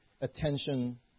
attention